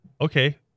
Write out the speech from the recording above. okay